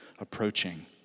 approaching